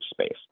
space